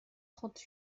trente